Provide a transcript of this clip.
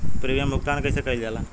Premium भुगतान कइसे कइल जाला?